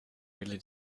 really